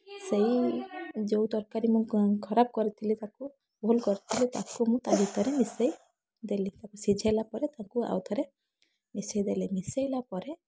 ସେଇ ଯେଉଁ ତରକାରୀ ମୁଁ କ ଖରାପ କରିଥିଲି ତାକୁ ଭୁଲ କରିଥିଲି ତାକୁ ମୁଁ ତା ଭିତରେ ମିଶାଇ ଦେଲି ତା ପରେ ସିଝେଇଲା ପରେ ତାକୁ ଆଉ ଥରେ ମିଶାଇ ଦେଲି ମିଶାଇଲା ପରେ